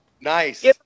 nice